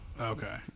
Okay